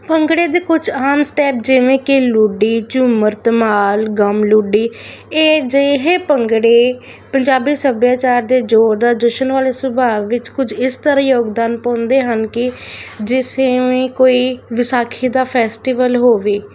ਭੰਗੜੇ ਦੇ ਕੁਝ ਆਮ ਸਟੈਪ ਜਿਵੇਂ ਕਿ ਲੂਡੀ ਝੂਮਰ ਧਮਾਲ ਗਮ ਲੂਡੀ ਇਹ ਅਜਿਹੇ ਭੰਗੜੇ ਪੰਜਾਬੀ ਸੱਭਿਆਚਾਰ ਦੇ ਜੋਰ ਦਾ ਜਸ਼ਨ ਵਾਲੇ ਸੁਭਾਅ ਵਿੱਚ ਕੁਝ ਇਸ ਤਰ੍ਹਾਂ ਯੋਗਦਾਨ ਪਾਉਂਦੇ ਹਨ ਕਿ ਜਿਸ ਕੋਈ ਵਿਸਾਖੀ ਦਾ ਫੈਸਟੀਵਲ ਹੋਵੇ